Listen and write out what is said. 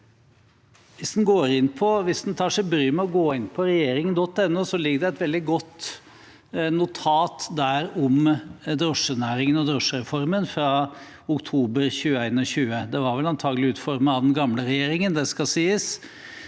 Hvis en tar seg bryet med å gå inn på regjeringen.no, ligger det et veldig godt notat der om drosjenæringen og drosjereformen fra oktober 2021. Det var antakelig utformet av den forrige regjeringen, det skal sies,